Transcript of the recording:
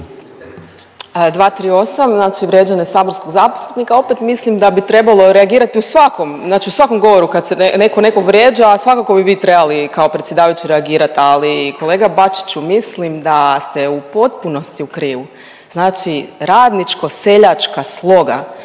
238, znači vrijeđanje saborskog zastupnika. Opet mislim da bi trebalo reagirati u svakom, znači u svakom govoru kad netko nekog vrijeđa, svakako bi vi trebali kao predsjedavajući reagirali, ali kolega Bačiću, mislim da ste u potpunosti u krivu. Znači radničko-seljačka sloga